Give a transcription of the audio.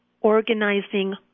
organizing